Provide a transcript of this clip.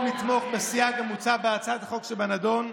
לתמוך בסייג המוצע בהצעת החוק שבנדון,